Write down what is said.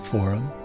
Forum